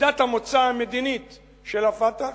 כנקודת המוצא המדינית של ה"פתח".